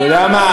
אתה יודע מה?